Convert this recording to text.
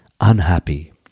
unhappy